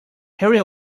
harry